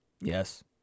Yes